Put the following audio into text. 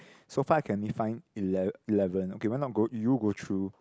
so far I can only find ele~ eleven okay why not go you go through